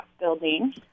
building